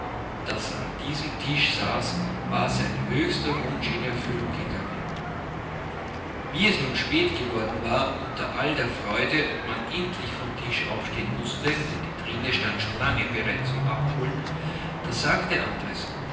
das an diesem tisch saß war sein höchster wunsch in erfüllung gegangen wie es nun spät geworden war unter all der freude und man endlich vom tisch aufstehen mußte denn die trine stand schon lange bereit zum abholen da sagte andres